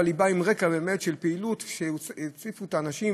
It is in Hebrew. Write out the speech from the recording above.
אבל היא באה על רקע של פעילות שהציפו אנשים